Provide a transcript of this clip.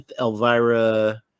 Elvira